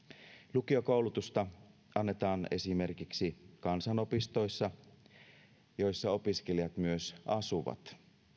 lukiokoulutusta annetaan esimerkiksi kansanopistoissa joissa opiskelijat myös asuvat